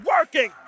working